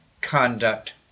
conduct